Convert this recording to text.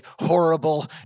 horrible